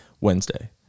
Wednesday